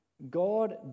God